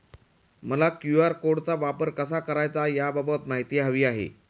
मला क्यू.आर कोडचा वापर कसा करायचा याबाबत माहिती हवी आहे